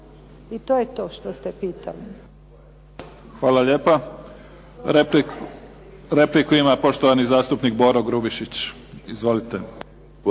I to je to što ste pitali. **Mimica, Neven (SDP)** Hvala lijepa. Repliku ima poštovani zastupnik Boro Grubišić. Izvolite.